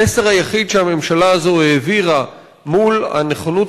המסר היחיד שהממשלה הזאת העבירה מול הנכונות